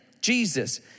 Jesus